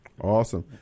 Awesome